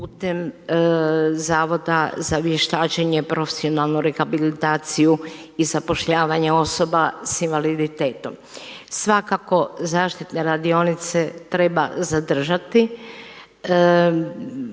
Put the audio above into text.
putem Zavoda za vještačenje, profesionalnu rehabilitaciju i zapošljavanje osoba sa invaliditetom. Svakako zaštitne radionice treba zadržati.